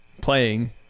playing